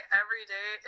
everyday